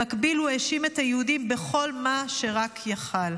במקביל, הוא האשים את היהודים בכל מה שרק יכול.